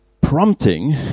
prompting